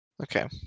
Okay